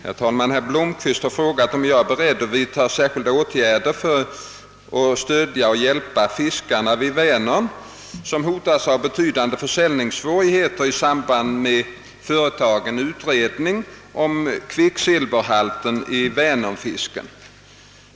Herr talman! Herr Blomkvist har frågat om jag är beredd att vidta särskilda åtgärder för att stödja och hjälpa fiskarna vid Vänern, som hotas av betydande försäljningssvårigheter i samband med företagen utredning om kvicksilverhalten i vänernfisken.